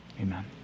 amen